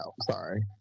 Sorry